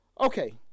Okay